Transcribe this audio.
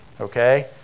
Okay